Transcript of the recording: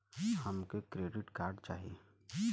हमके credit card चाही